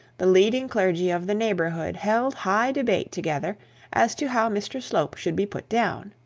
the leading clergy of the neighbourhood held high debate together as to how mr slope should be put down.